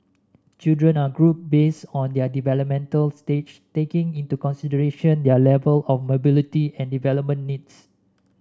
children are grouped based on their developmental stage taking into consideration their level of mobility and development needs